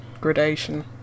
gradation